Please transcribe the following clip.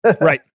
Right